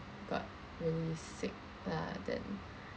got really sick lah then